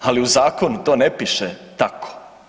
Ali u zakonu to ne piše tako.